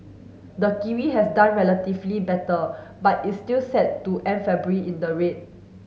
the kiwi has done relatively better but is still set to end February in the red